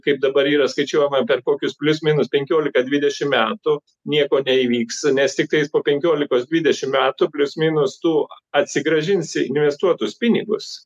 kaip dabar yra skaičiuojama per kokius plius minus penkiolika dvidešim metų nieko neįvyks nes tiktais po penkiolikos dvidešim metų plius minus tu atsigrąžinsi investuotus pinigus